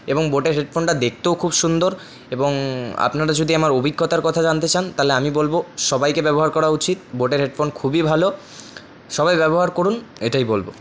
এবং বোটের হেডফোনটা দেখতেও খুব সুন্দর এবং আপনারা যদি আমার অভিজ্ঞতার কথা জানতে চান তাহলে আমি বলব সবাইকে ব্যবহার করা উচিত বোটের হেডফোন খুবই ভালো সবাই ব্যবহার করুন এইটাই বলব